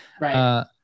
Right